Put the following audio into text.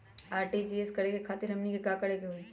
RTGS करे खातीर हमनी के का करे के हो ई?